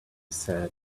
said